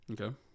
Okay